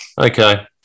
Okay